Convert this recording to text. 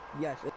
yes